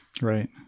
Right